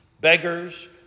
beggars